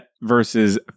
versus